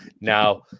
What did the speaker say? now